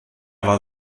war